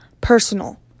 personal